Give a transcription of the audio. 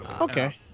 Okay